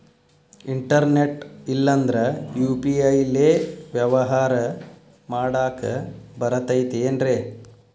Internet ಇಲ್ಲಂದ್ರ UPI ಲೇ ವ್ಯವಹಾರ ಮಾಡಾಕ ಬರತೈತೇನ್ರೇ?